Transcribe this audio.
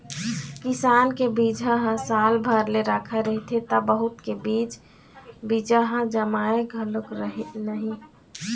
किसान के बिजहा ह साल भर ले रखाए रहिथे त बहुत के बीजा ह जामय घलोक नहि